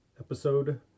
episode